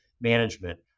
management